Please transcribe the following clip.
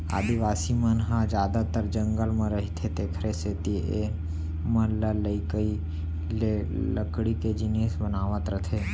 आदिवासी मन ह जादातर जंगल म रहिथे तेखरे सेती एमनलइकई ले लकड़ी के जिनिस बनावत रइथें